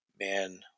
man